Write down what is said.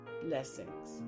Blessings